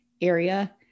area